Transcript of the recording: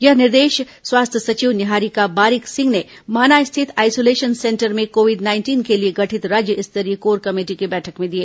यह निर्देश स्वास्थ्य सचिव निहारिका बारिक सिंह ने माना स्थित आइसोलेशन सेंटर में कोविड उन्नीस के लिए गठित राज्य स्तरीय कोर कमेटी की बैठक में दिए